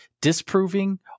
disproving